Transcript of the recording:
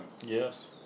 Yes